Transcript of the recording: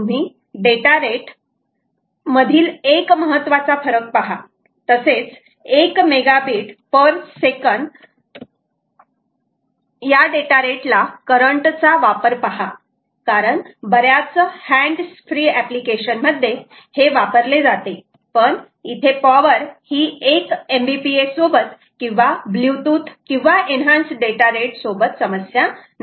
तुम्ही data rate मधील एक महत्वाचा फरक पहा तसेच 1 मेगा बीट पर सेकंद या डेटा रेट ला करंट चा वापर पहा कारण बऱ्याच हॅन्ड्स फ्री एप्लीकेशन मध्ये हे वापरले जाते पण इथे पॉवर ही 1 MBPS सोबत किंवा ब्लूटूथ किंवा एन्हान्सड डेटा रेट सोबत समस्या नाही